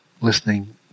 listening